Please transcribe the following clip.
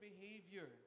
behavior